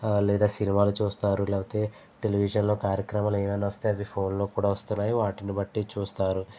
లేదా సినిమాలు చూస్తారు లేకపోతే టెలివిజన్లో కార్యక్రమాలు ఏవైనా వస్తే అవి ఫోన్లో కూడా వస్తున్నాయి వాటిని బట్టి చూస్తారు